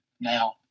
Now